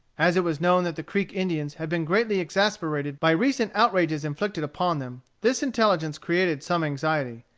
as it was known that the creek indians had been greatly exasperated by recent outrages inflicted upon them, this intelligence created some anxiety.